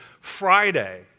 Friday